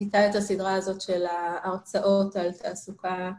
איתה את הסדרה הזאת של ההרצאות על תעסוקה.